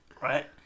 right